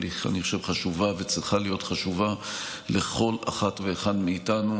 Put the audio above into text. אבל אני חושב שהיא חשובה וצריכה להיות חשובה לכל אחד ואחת מאיתנו,